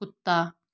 ਕੁੱਤਾ